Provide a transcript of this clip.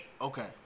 Okay